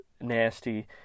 nasty